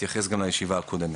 בהתייחס גם לישיבה הקודמת.